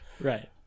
right